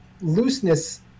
looseness